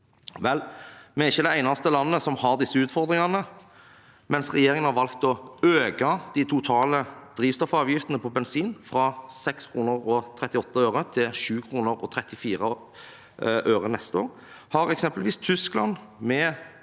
vi er ikke det eneste landet som har disse utfordringene. Mens regjeringen har valgt å øke de totale drivstoffavgiftene på bensin fra 6,38 kr til 7,34 kr neste år, har eksempelvis Tyskland, med